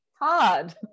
hard